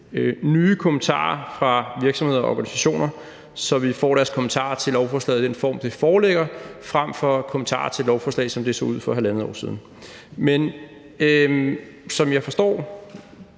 nye kommentarer fra virksomheder og organisationer, så vi får deres kommentarer til lovforslaget i den form, det foreligger i, frem for kommentarer til lovforslaget, som det så ud for halvandet år siden. Men som jeg forstår